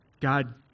God